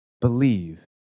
believe